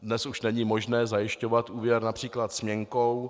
Dnes už není možné zajišťovat úvěr například směnkou.